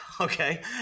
Okay